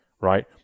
Right